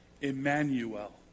Emmanuel